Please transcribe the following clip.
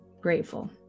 grateful